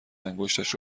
انگشتش